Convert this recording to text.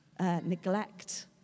neglect